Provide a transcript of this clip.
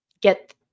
get